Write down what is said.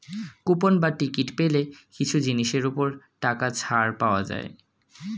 coupon বা ticket পেলে কিছু জিনিসের ওপর টাকা ছাড় পাওয়া যায়